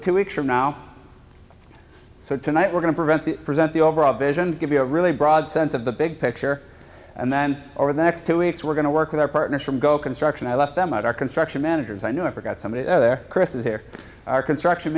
two weeks from now so tonight we're going to prevent the present the overall vision give you a really broad sense of the big picture and then over the next two weeks we're going to work with our partners from go construction i left them out our construction managers i never got somebody there chris is there are construction